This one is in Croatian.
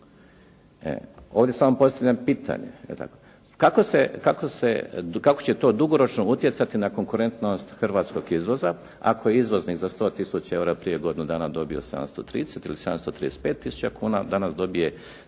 ovdje samo postavljam pitanje kako se, kako će to dugoročno utjecati na konkurentnost hrvatskog izvoza, ako je izvoznik za 100000 eura prije godinu dana dobio 730 ili 735000 kuna, danas dobije